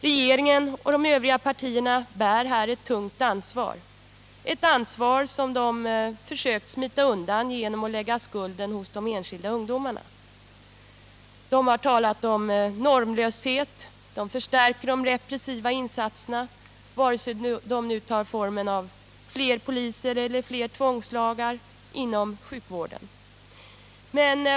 Regeringen och de övriga partierna bär här ett tungt ansvar — ett ansvar som de försökt smita undan genom att lägga skulden hos de enskilda ungdomarna. De har talat om normlöshet och förstärker de repressiva insatserna vare sig dessa nu tar formen av fler poliser eller fler tvångslagar inom sjukvården.